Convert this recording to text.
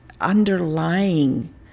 underlying